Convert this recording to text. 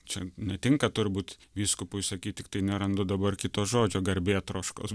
čia netinka turbūt vyskupui sakyt tiktai nerandu dabar kito žodžio garbėtroškos